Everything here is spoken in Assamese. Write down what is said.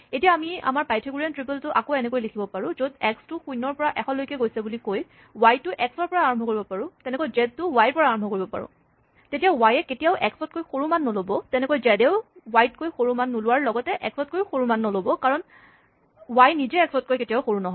এতিয়া আমি আমাৰ পাইথাগোৰীয়ান ত্ৰিপল টো আকৌ এনেকৈ লিখিব পাৰো য'ত এক্স টো শূণ্যৰ পৰা এশলৈকে গৈছে বুলি কৈ ৱাই টো এক্স ৰ পৰা আৰম্ভ কৰিব পাৰো তেনেকৈয়ে জেড টো ৱাই ৰ পৰা আৰম্ভ কৰিব পাৰোঁ তেতিয়া ৱাই এ কেতিয়াও এক্স তকৈ সৰু মান নল'ব তেনেকৈয়ে জেড এও ৱাই তকৈ সৰু মান নোলোৱাৰ লগতে এক্স তকৈয়ো সৰু নল'ব কাৰণ ৱাই নিজেই এক্স তকৈ কেতিয়াও সৰু নহয়